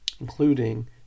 including